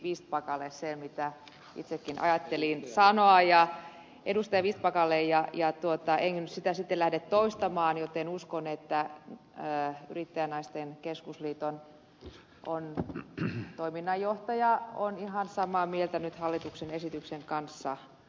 vistbackalle sen mitä itsekin ajattelin sanoa enkä sitä nyt sitten lähde toistamaan joten uskon että yrittäjänaisten keskusliiton toiminnanjohtaja on ihan samaa mieltä nyt talousvaliokunnan mietinnön kanssa